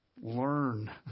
learn